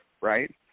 right